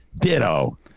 Ditto